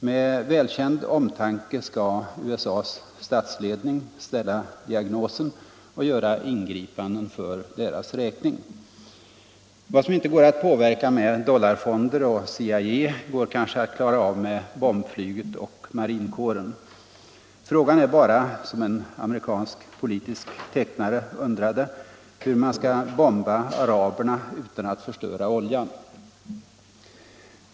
Med välkänd omtanke skall USA:s statsledning ställa diagnosen och göra ingripanden för deras räkning. Vad som inte går att påverka med dollarfonder och CIA går kanske att klara av med bombflyget och marinkåren. Frågan är bara, som en amerikansk politisk tecknare undrade, hur man skall bomba araberna utan att förstöra oljan.